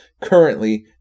currently